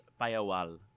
payawal